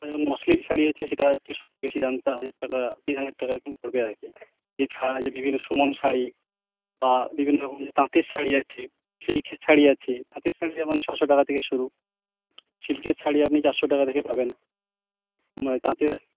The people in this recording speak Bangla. এই যেমন মসলিন শাড়ি আছে সেটা হচ্ছে সবচেয়ে বেশি দাম চার হাজার টাকা তিন হাজার টাকা এরকম পড়বে আর কি এছাড়া আছে বিভিন্ন সুমন শাড়ি বা বিভিন্ন রকমের তাঁতের শাড়ি আছে সিল্কের শাড়ি আছে তাঁতের শাড়ি যেমন ছশো টাকা থেকে শুরু সিল্কের শাড়ি আপনি চারশো টাকা থেকে পাবেন তাঁতের